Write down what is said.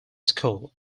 school